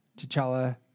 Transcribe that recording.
T'Challa